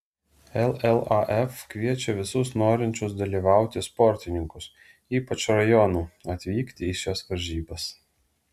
llaf kviečia visus norinčius dalyvauti sportininkus ypač rajonų atvykti į šias varžybas